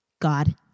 God